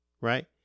Right